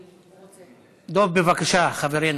דב, בבקשה, חברנו.